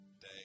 day